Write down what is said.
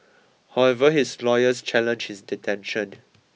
however his lawyers challenged his detention